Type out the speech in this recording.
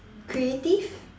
creative